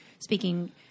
speaking